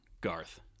Garth